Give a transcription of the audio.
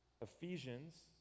Ephesians